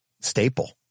staple